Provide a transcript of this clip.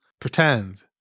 Pretend